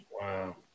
Wow